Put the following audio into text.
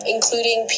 Including